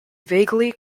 vaguely